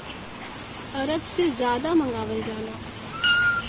अरब से जादा मंगावल जाला